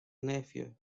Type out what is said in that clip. nephew